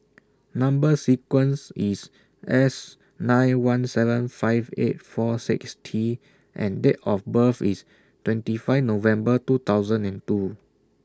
Number sequence IS S nine one seven five eight four six T and Date of birth IS twenty five November two thousand and two